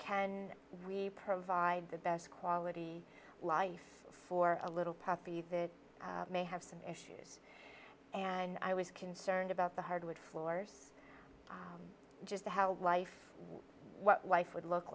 can we provide the best quality life for a little puppy that may have some issues and i was concerned about the hardwood floors just how life what life would look